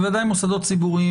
אלה עדיין מוסדות ציבוריים,